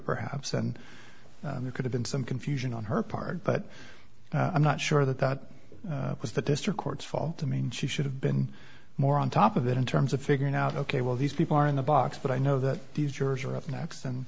perhaps and there could have been some confusion on her part but i'm not sure that that was the district court's fault i mean she should have been more on top of it in terms of figuring out ok well these people are in the box but i know that these jurors are up next and